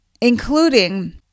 including